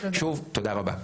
שוב תודה רבה.